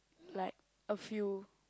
like a few